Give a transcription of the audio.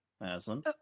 Aslan